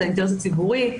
זה האינטרס הציבורי,